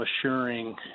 assuring